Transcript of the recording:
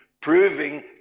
proving